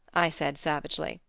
i said savagely.